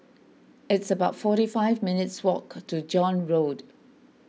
it's about forty five minutes' walk to John Road